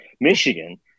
Michigan